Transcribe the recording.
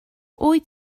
wyt